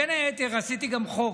בין היתר עשיתי גם חוק